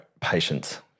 patience